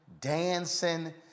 dancing